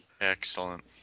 Excellent